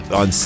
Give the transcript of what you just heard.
on